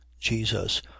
jesus